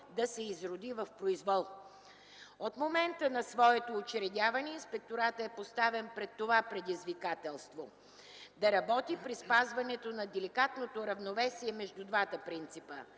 да се изроди в произвол. От момента на своето учредяване инспекторатът е поставен пред това предизвикателство – да работи при спазването на деликатното равновесие между двата принципа: